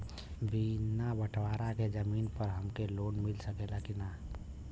बिना बटवारा के जमीन पर हमके लोन मिल सकेला की ना?